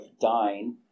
dying